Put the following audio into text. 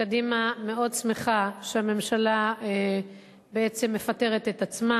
שקדימה מאוד שמחה שהממשלה בעצם מפטרת את עצמה,